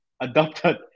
adopted